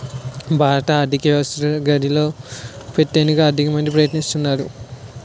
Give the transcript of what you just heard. భారత ఆర్థిక వ్యవస్థను గాడిలో పెట్టేందుకు ఆర్థిక మంత్రి ప్రయత్నిస్తారు